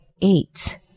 eight